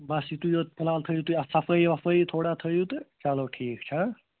بَس یِتُے یوت فِلحال تھٲوِو تُہۍ اَتھ صفٲیی وَفٲیی تھوڑا تھٲوِو تہٕ چَلو ٹھیٖک چھُ